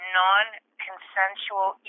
non-consensual